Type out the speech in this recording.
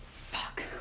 fuck.